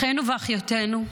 אחינו ואחיותינו,